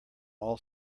all